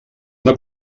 una